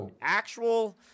actual